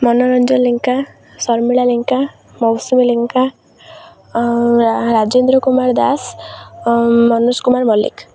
Manoranjan Lenka Sharmila Lenka Mousumi Lenka Rajendra Kumar Das Manoj Kumar Mallick